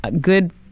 good